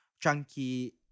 chunky